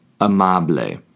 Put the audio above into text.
Amable